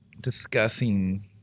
discussing